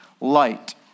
light